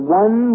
one